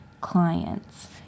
clients